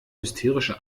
hysterische